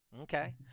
okay